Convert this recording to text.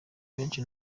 benshi